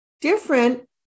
Different